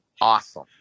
awesome